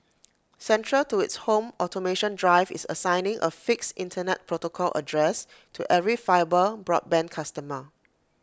central to its home automation drive is assigning A fixed Internet protocol address to every fibre broadband customer